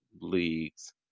leagues